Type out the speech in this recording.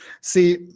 see